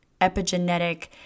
epigenetic